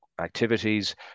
activities